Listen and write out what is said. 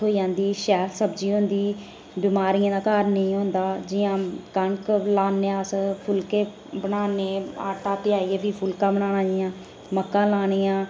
थ्होई जंदी शैल सब्जी होंदी बमारियें दा घर नेई होंदा जियां कनक लान्ने आं अ्ने फुल्के बनाने आटा प्याहियै फ्ही फुल्का बनाना जियां मक्कां लानियां